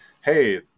Hey